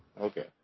Okay